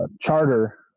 Charter